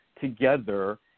together